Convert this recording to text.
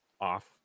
off